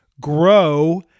Grow